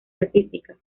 artística